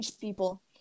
people